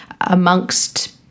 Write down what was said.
amongst